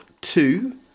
two